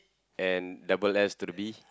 and double S to the B